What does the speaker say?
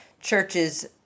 churches